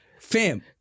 Fam